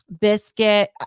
biscuit